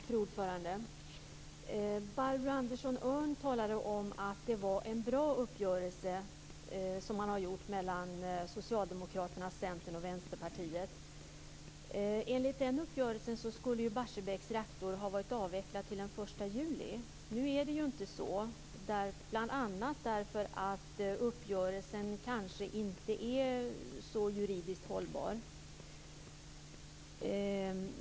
Fru talman! Barbro Andersson Öhrn sade att det är en bra uppgörelse som har träffats mellan Socialdemokraterna, Centern och Vänsterpartiet. Men enligt den uppgörelsen skulle Barsebäcks reaktor ha varit avvecklad till den 1 juli. Nu är det ju inte så, bl.a. därför att uppgörelsen juridiskt kanske inte är så hållbar.